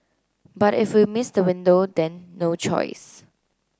but if we miss the window then no choice